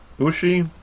Uchi